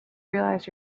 realize